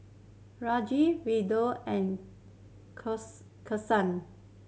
Rajat Vedre and